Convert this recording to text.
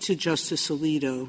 to justice alito